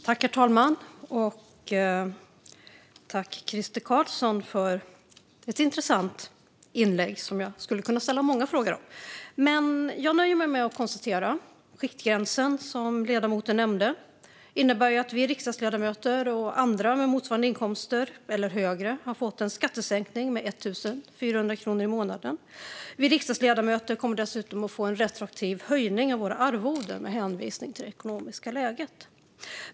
Herr talman! Jag tackar Crister Carlsson för ett intressant inlägg som jag skulle kunna ställa många frågor om. Jag nöjer mig dock med att konstatera att den höjning av skiktgränsen som ledamoten nämnde har lett till att vi riksdagsledamöter och andra med motsvarande eller högre inkomster har fått en skattesänkning med 1 400 kronor i månaden. Vi riksdagsledamöter kommer dessutom att få en retroaktiv höjning av våra arvoden, med hänvisning till det ekonomiska läget.